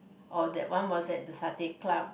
or that one was at the satay club